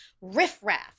riffraff